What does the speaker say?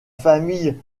famille